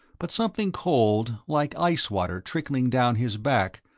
but something cold, like ice water trickling down his back,